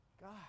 God